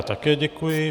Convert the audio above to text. Také děkuji.